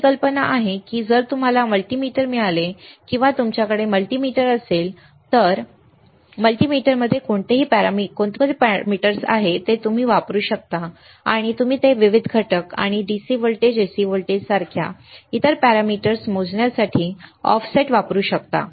आमची कल्पना आहे की जर तुम्हाला मल्टीमीटर मिळाले किंवा तुमच्याकडे मल्टीमीटर असेल तर मल्टीमीटरमध्ये कोणते पॅरामीटर्स आहेत जे तुम्ही ते वापरू शकता आणि तुम्ही ते विविध घटक किंवा DC व्होल्टेज AC व्होल्टेज सारख्या इतर पॅरामीटर्स मोजण्यासाठी ऑपरेट करू शकता